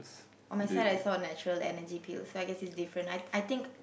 on my side I saw natural Energy Pills so I guess it's different I I think